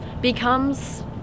becomes